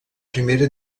primera